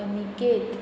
Aniket